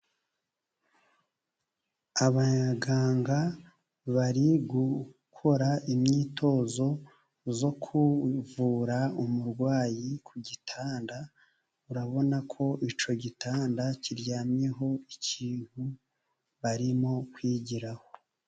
Abaganga bari gukora imyitozo yo kuvura umurwayi ku gitanda. Urabona ko icyo gitanda kiryamyeho ikintu barimo kwigiraho.